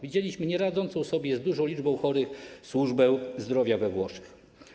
Widzieliśmy nieradzącą sobie z dużą liczbą chorych służbę zdrowia we Włoszech.